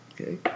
okay